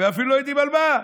ואפילו לא יודעים על מה.